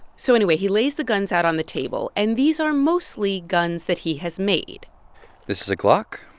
so anyway, he lays the guns out on the table. and these are mostly guns that he has made this is a glock.